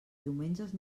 diumenges